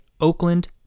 Oakland